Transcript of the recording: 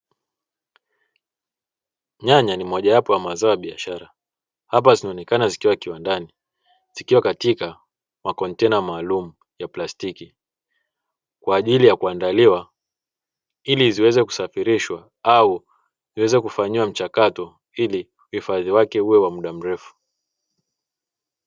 Nyanya ni mojawapo ya mazao ya biashara. Hapa zinaonekana zikiwa kiwandani zikiwa katika makontena maalumu ya plastiki kwa ajili ya kuandaliwa, ili ziweze kusafirishwa au ziweze kufanyiwa mchakato ili uhifadhi wake uwe wa muda mrefu.